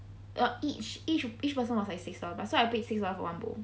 err each each each person was like six dollars so I paid six dollars for one bowl